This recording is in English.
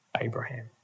Abraham